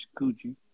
Gucci